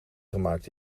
gemaakt